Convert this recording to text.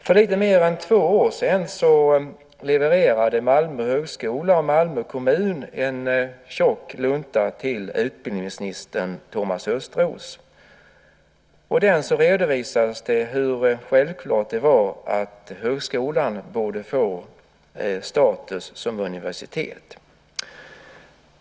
För lite mer än två år sedan levererade Malmö högskola och Malmö kommun en tjock lunta till utbildningsminister Thomas Östros. Där redovisades det hur självklart det var att högskolan borde få status som universitet.